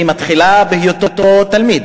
מתחילה בהיותו תלמיד.